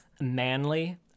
manly